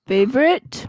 Favorite